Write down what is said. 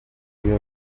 niyo